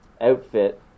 outfit